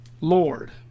Lord